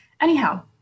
Anyhow